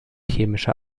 chemische